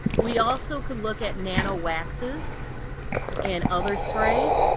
we also could look at nanowaxes and other sprays.